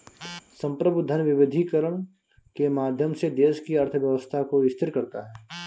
संप्रभु धन विविधीकरण के माध्यम से देश की अर्थव्यवस्था को स्थिर करता है